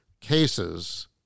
cases